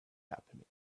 happening